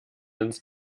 ins